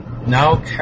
Now